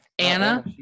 Anna